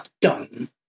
done